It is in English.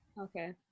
Okay